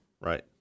Right